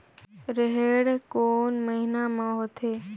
रेहेण कोन महीना म होथे?